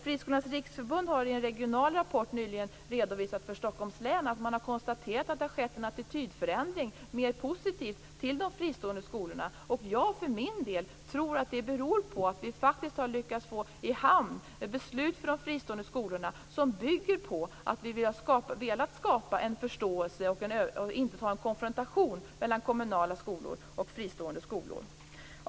Friskolornas riksförbund har i en regional rapport nyligen redovisat för Stockholms län att man har konstaterat att det har skett en attitydförändring i positiv riktning till de fristående skolorna. Jag för min del tror att det beror på att vi faktiskt har lyckats få i hamn beslut för de fristående skolorna som bygger på att vi har velat skapa förståelse och undvika konfrontation mellan kommunala och fristående skolor.